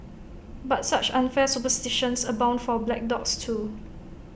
but such unfair superstitions abound for black dogs too